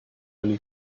only